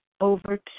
over